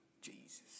Jesus